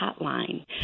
hotline